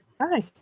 Hi